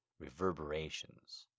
reverberations